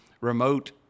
remote